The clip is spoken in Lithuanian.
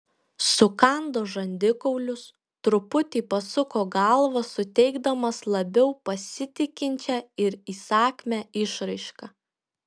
sukando žandikaulius truputį pasuko galvą suteikdamas labiau pasitikinčią ir įsakmią išraišką